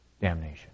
damnation